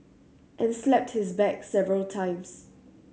and slapped his back several times